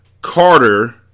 Carter